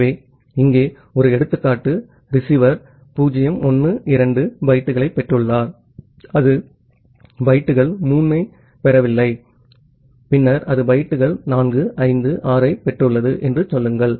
ஆகவே இங்கே ஒரு எடுத்துக்காட்டு ரிசீவர் 0 1 2 பைட்டுகளைப் பெற்றுள்ளார் அது பைட்டுகள் 3 ஐப் பெறவில்லை பின்னர் அது பைட்டுகள் 4 5 6 7ஐப் பெற்றுள்ளது என்று சொல்லுங்கள்